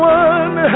one